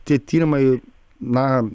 tie tyrimai na